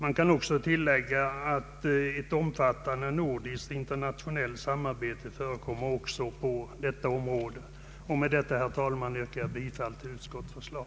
Jag kan också tillägga att ett omfattande nordiskt och internationellt samarbete bedrivs på detta område. Med det anförda, herr talman, yrkar jag bifall till utskottets förslag.